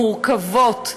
מורכבות.